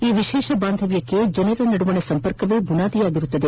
ಈ ವಿಶೇಷ ಬಾಂಧವ್ಲಕ್ಷೆ ಜನರ ನಡುವಣ ಸಂಪರ್ಕವೇ ಬುನಾದಿಯಾಗಿದೆ